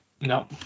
no